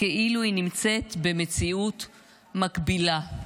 כאילו היא נמצאת במציאות מקבילה,